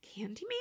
Candyman